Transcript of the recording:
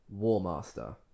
Warmaster